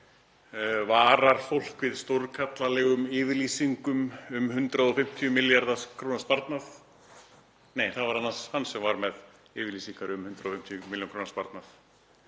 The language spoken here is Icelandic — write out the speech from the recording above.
varar fólk við stórkarlalegum yfirlýsingum um 150 milljarða kr. sparnað. Nei, það var annars hann sem var með yfirlýsingar um 150 milljarða kr. sparnað.